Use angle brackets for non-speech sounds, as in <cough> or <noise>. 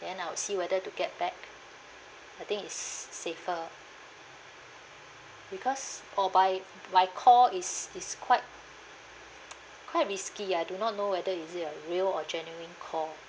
then I will see whether to get back I think it's safer because or by by call is is quite <noise> quite risky ah I do not know whether is it a real or genuine call